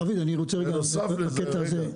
דוד, אני רוצה רגע בקטע הזה.